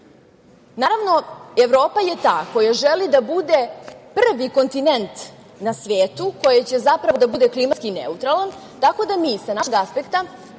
Naravno, Evropa je ta koja želi da bude prvi kontinent na svetu koji će zapravo da bude klimatski neutralan, tako da mi sa našeg aspekta